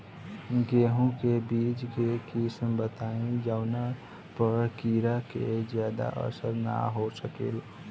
गेहूं के बीज के किस्म बताई जवना पर कीड़ा के ज्यादा असर न हो सके?